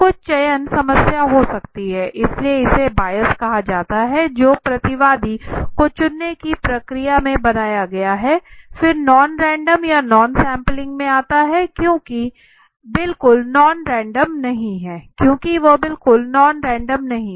वे कुछ चयन समस्या हो सकती हैं इसलिए इसे बायस कहा जाता है जो प्रतिवादी को चुनने की प्रक्रिया में बनाया गया है फिर नॉन रैंडम या नॉन सैंपलिंग में आता है बिल्कुल नॉन रैंडम नहीं